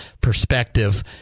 perspective